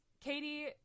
Katie